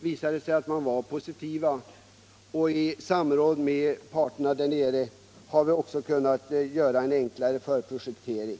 visade att man där var positiv, och i samråd med parterna därnere har vi också kunnat göra en enklare förprojektering.